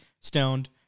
stoned